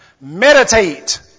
meditate